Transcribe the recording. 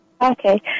Okay